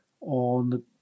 on